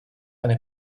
eine